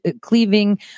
cleaving